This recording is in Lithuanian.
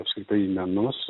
apskritai į menus